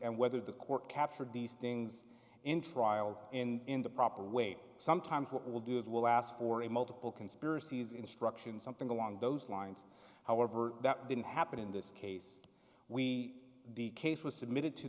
and whether the court captured these things in trial in the proper way sometimes what we'll do is we'll ask for a multiple conspiracies instruction something along those lines however that didn't happen in this case we the case was submitted to